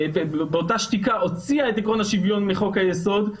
באותה שתיקה הוציאה את עקרון היסוד מחוק היסוד,